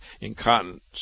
Incontinence